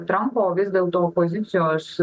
trampo vis dėl to pozicijos